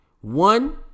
One